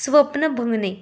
स्वप्न भंगणे